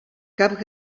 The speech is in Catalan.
cap